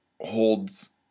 holds